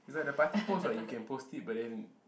it's like the party post what you can post it but then